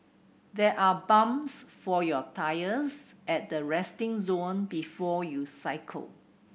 there are pumps for your tyres at the resting zone before you cycle